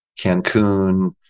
Cancun